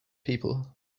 people